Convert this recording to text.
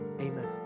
Amen